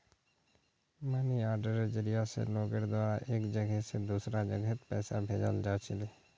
money आर्डरेर जरिया स लोगेर द्वारा एक जगह स दूसरा जगहत पैसा भेजाल जा छिले